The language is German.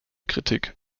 kritik